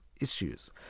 issues